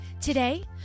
Today